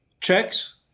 checks